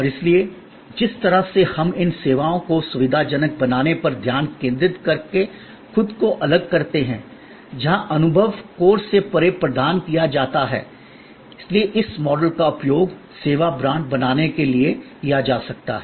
और इसलिए जिस तरह से हम इन सेवाओं को सुविधाजनक बनाने पर ध्यान केंद्रित करके खुद को अलग करते हैं जहां अनुभव कोर से परे प्रदान किया जाता है इसलिए इस मॉडल का उपयोग सेवा ब्रांड बनाने के लिए किया जा सकता है